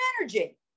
energy